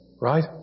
right